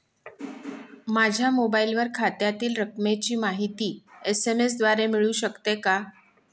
माझ्या मोबाईलवर खात्यातील रकमेची माहिती एस.एम.एस द्वारे मिळू शकते का?